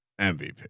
MVP